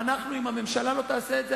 אם הממשלה לא תעשה את זה,